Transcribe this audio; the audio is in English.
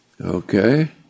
Okay